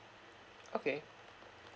okay